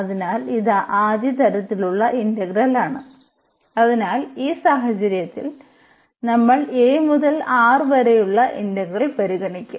അതിനാൽ ഇത് ആദ്യ തരത്തിലുള്ള ഇന്റഗ്രലാണ് അതിനാൽ ഈ സാഹചര്യത്തിൽ നമ്മൾ a മുതൽ R വരെയുള്ള ഇന്റഗ്രൽ പരിഗണിക്കും